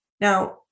Now